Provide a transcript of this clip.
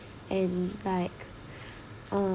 and like uh